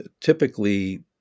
typically